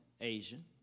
Asian